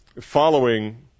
following